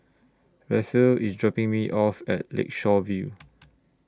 Rafe IS dropping Me off At Lakeshore View